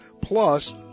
plus